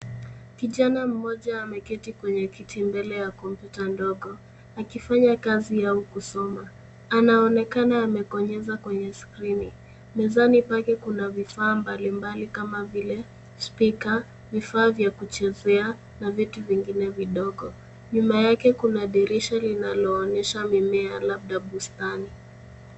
Kijana mmoja ameketi kwenye kiti mbele ya kompyuta ndogo akifanya kazi au kusoma. Anaonekana amekonyeza kwenye skrini. Mezani pake kuna vifaa mbalimbali kama vile spika, vifaa vya kuchezea na vitu vingine vidogo. Nyuma yake kuna dirisha linalooonyesha mimea, labda bustani.